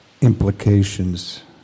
implications